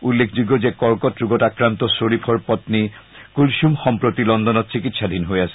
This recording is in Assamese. উল্লেখযোগ্য যে কৰ্কট ৰোগত আক্ৰান্ত খৰিফৰ পপ্নী কুলছুম সম্প্ৰতি লণ্ডনত চিকিৎসাধীন হৈ আছে